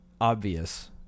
obvious